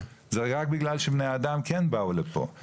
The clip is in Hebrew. זה היה רק בגלל שבני אדם כן באו לפה.